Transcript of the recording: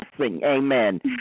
Amen